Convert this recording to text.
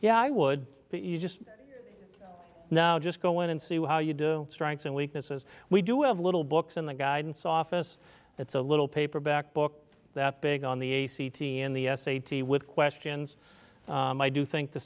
yeah i would you just now just go in and see how you do strengths and weaknesses we do have little books in the guidance office it's a little paperback book that big on the a c t a in the s a t with questions i do think the